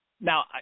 Now